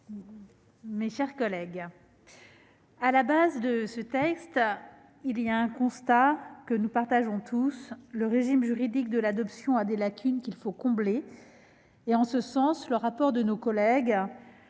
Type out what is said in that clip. mes chers collègues, ce texte part d'un constat que nous partageons tous : le régime juridique de l'adoption a des lacunes qu'il faut combler. En ce sens, le rapport de nos collègues